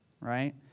right